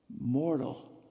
mortal